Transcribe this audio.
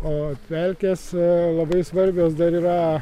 o pelkės e labai svarbios dar yra